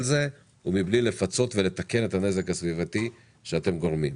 זה ומבלי לפצות ולתקן את הנזק הסביבתי שנגרם.